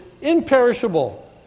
imperishable